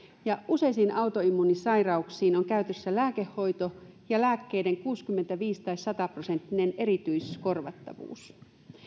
ja useisiin autoimmuunisairauksiin on käytössä lääkehoito ja lääkkeiden kuusikymmentäviisi tai sata prosenttinen erityiskorvattavuus